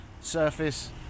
surface